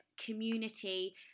community